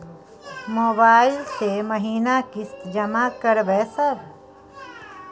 Mobile से महीना किस्त जमा करबै सर?